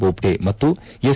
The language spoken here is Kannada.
ಬೋಬ್ಡೆ ಮತ್ತು ಎಸ್